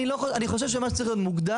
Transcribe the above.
אני חושב שמה שצריך להיות מוגדר,